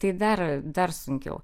tai dar dar sunkiau